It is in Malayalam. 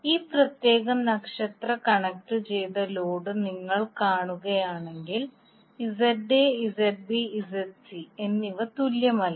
ഈ പ്രത്യേക നക്ഷത്ര കണക്റ്റുചെയ്ത ലോഡ് നിങ്ങൾ കാണുകയാണെങ്കിൽ ZA ZB ZC എന്നിവ തുല്യമല്ല